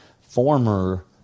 former